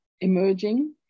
emerging